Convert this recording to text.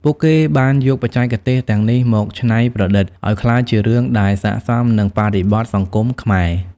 ពួកគេបានយកបច្ចេកទេសទាំងនេះមកច្នៃប្រឌិតឲ្យក្លាយជារឿងដែលស័ក្តិសមនឹងបរិបទសង្គមខ្មែរ។